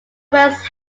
west